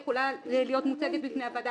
יכולה להיות מוצגת בפני הוועדה.